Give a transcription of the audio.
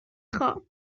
خوام